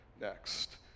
next